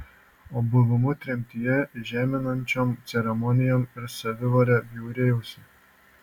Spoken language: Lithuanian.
o buvimu tremtyje žeminančiom ceremonijom ir savivale bjaurėjausi